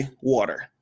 water